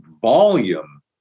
volume